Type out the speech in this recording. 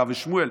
רב ושמואל.